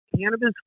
cannabis